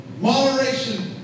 moderation